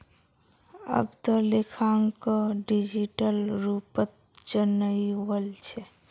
अब त लेखांकनो डिजिटल रूपत चनइ वल छ